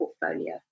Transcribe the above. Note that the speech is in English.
portfolio